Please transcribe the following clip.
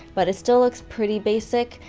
but it still looks pretty basic.